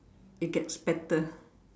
it gets better